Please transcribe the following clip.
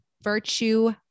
Virtue